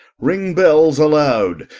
ring belles alowd,